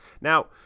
Now